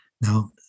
Now